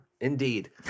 indeed